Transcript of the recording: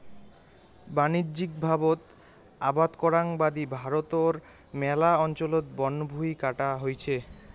বাণিজ্যিকভাবত আবাদ করাং বাদি ভারতর ম্যালা অঞ্চলত বনভুঁই কাটা হইছে